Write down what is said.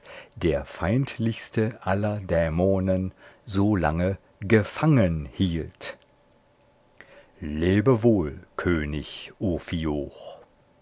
der feindlichste aller dämonen so lange gefangen hielt lebe wohl könig